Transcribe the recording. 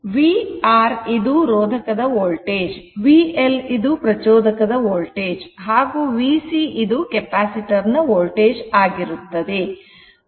vR ಇದು ರೋಧಕದ voltage vL ಇದು ಪ್ರಚೋದಕದ ವೋಲ್ಟೇಜ್ ಹಾಗೂ vC ಇದು ಕೆಪಾಸಿಟರ್ ನ ವೋಲ್ಟೇಜ್ ಆಗಿರುತ್ತದೆ